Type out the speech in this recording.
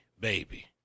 baby